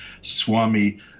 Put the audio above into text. Swami